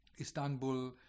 Istanbul